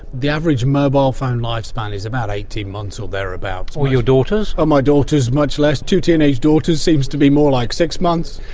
the average mobile phone lifespan is about eighteen months or thereabouts. or your daughter's? or my daughters', much less, two teenage daughters, it seems to be more like six months.